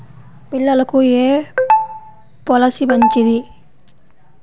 పిల్లలకు ఏ పొలసీ మంచిది?